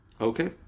Okay